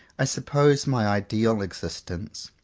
i suppose my ideal existence,